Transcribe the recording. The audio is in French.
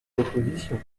l’opposition